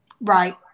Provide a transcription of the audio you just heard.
Right